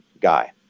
guy